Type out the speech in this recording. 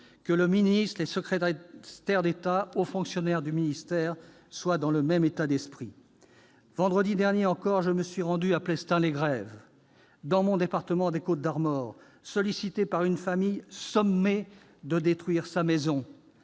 que le ministre, les secrétaires d'État et les hauts fonctionnaires du ministère soient dans le même état d'esprit. Vendredi dernier encore, je me suis rendu à Plestin-les-Grèves, dans mon département des Côtes-d'Armor, sollicité par une famille sommée de détruire sa maison,